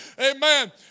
Amen